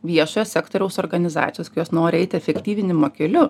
viešojo sektoriaus organizacijos kurios nori eit efektyvinimo keliu